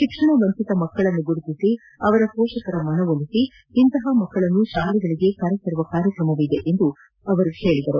ಶಿಕ್ಷಣ ವಂಚಿತ ಮಕ್ಕಳನ್ನು ಗುರುತಿಸಿ ಅವರ ಪೋಷಕರ ಮನವೊಲಿಸಿ ಇಂತಹ ಮಕ್ಕಳನ್ನು ತಾಲೆಗಳಿಗೆ ಕರೆ ತರುವ ಕಾರ್ಯಕ್ರಮವಿದೆ ಎಂದು ಅವರು ಹೇಳಿದರು